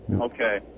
okay